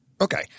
Okay